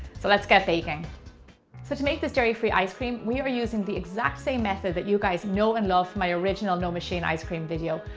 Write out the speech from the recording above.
so let's get baking! so to make this dairy-free ice cream, we are using the exact same method that you guys know and love from my original no machine ice cream video.